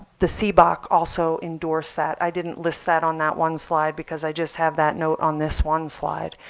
the cboc also endorsed that. i didn't list that on that one slide because i just have that note on this one slide.